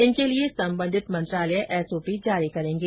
इनके लिए संबंधित मंत्रालय एसओपी जारी करेंगे